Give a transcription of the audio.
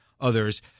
others –